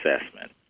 assessment